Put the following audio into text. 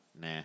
Nah